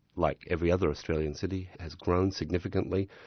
like every other australian city, has grown significantly.